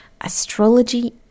Astrology